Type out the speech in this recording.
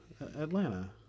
atlanta